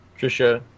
Trisha